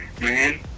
man